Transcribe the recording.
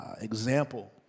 example